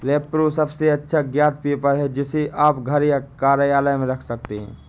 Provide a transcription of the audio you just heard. repro सबसे अच्छा ज्ञात पेपर है, जिसे आप घर या कार्यालय में रख सकते हैं